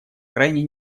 крайне